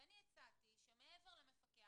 אני הצעתי שמעבר למפקח